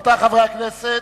רבותי חברי הכנסת,